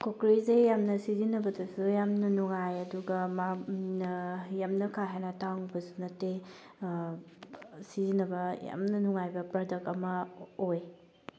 ꯀꯨꯀꯔꯁꯦ ꯌꯥꯝꯅ ꯁꯤꯖꯤꯟꯅꯕꯗꯁꯨ ꯌꯥꯝꯅ ꯅꯨꯡꯉꯥꯏ ꯑꯗꯨꯒ ꯌꯥꯝꯅ ꯀꯥ ꯍꯦꯟꯅ ꯇꯥꯡꯕꯁꯨ ꯅꯠꯇꯦ ꯁꯤꯖꯤꯟꯅꯕ ꯌꯥꯝꯅ ꯅꯨꯡꯉꯥꯏꯕ ꯄ꯭ꯔꯗꯛ ꯑꯃ ꯑꯣꯏ